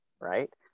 right